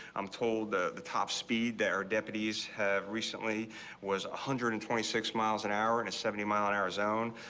i'm told the top speed there. deputies have recently was a one hundred and twenty six miles an hour in a seventy mile an hour zone.